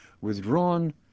Withdrawn